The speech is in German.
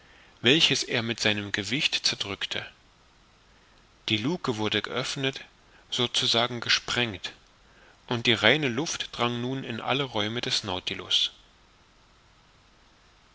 welches er mit seinem gewicht zerdrückte die lucke wurde geöffnet so zu sagen gesprengt und die reine luft drang nun in alle räume des